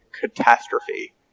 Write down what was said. catastrophe